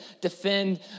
defend